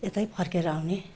यतै फर्किएर आउने